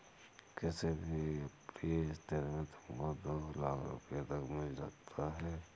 किसी भी अप्रिय स्थिति में तुमको दो लाख़ रूपया तक मिल सकता है